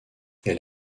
elle